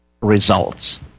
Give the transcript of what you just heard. results